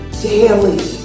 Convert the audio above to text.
daily